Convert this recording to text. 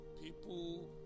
people